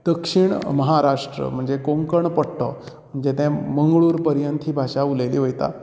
दक्षिण महाराष्ट्र म्हणजे कोंकण पट्टो म्हणजे तें मंगळूर पर्यंत ही भाशा उलयली वयता